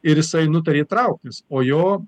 ir jisai nutarė trauktis o jo